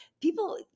people